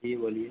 जी बोलिए